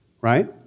right